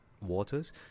waters